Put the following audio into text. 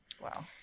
Wow